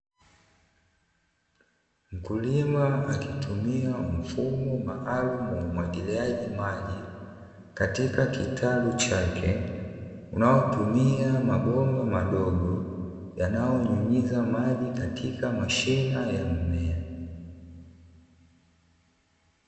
Mkulima akitumia mfumo maalumu wa umwagiliaji maji katika kitaru chake, unaotumia mabomba madogo yanayonyunyiza maji katika mashina ya mmea.